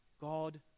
God